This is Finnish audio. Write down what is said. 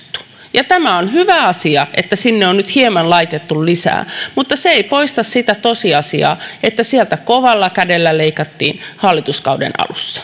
ja tämä on hyvä asia että sinne on nyt hieman laitettu lisää mutta se ei poista sitä tosiasiaa että sieltä kovalla kädellä leikattiin hallituskauden alussa